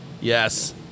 Yes